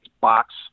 box